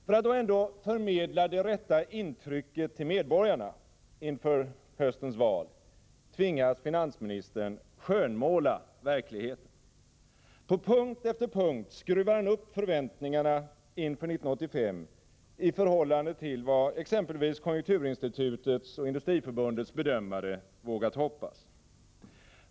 För att ändå förmedla det rätta intrycket till medborgarna inför höstens val tvingas finansministern skönmåla verkligheten. På punkt efter punkt skruvar han upp förväntningarna inför 1985 i förhållande till vad exempelvis konjunkturinstitutets och Industriförbundets bedömare vågat hoppas.